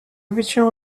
original